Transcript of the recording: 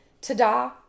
Ta-da